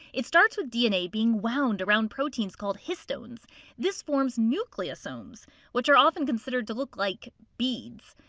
it starts with dna being wound around proteins called histones this forms nucleosomes which are often considered to look like beads.